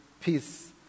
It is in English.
peace